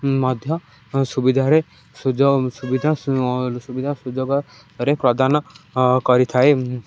ମଧ୍ୟ ସୁବିଧାରେ ସୁଯ ସୁବିଧା ସୁବିଧା ସୁଯୋଗରେ ପ୍ରଦାନ କରିଥାଏ